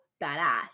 badass